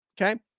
okay